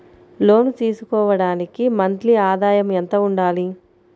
లోను తీసుకోవడానికి మంత్లీ ఆదాయము ఎంత ఉండాలి?